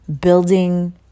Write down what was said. building